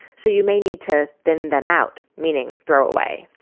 so you may need to thin them out, meaning throw away.